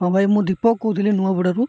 ହଁ ଭାଇ ମୁଁ ଦୀପକ କହୁଥିଲି ନୂଆପଡ଼ାରୁ